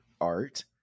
art